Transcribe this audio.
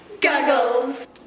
Goggles